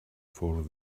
for